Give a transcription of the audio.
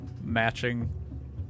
matching